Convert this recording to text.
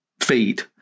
feed